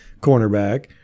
cornerback